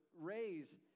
raise